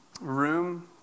room